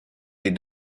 des